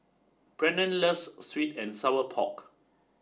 Brennen loves Sweet and Sour Pork